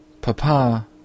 Papa